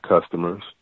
customers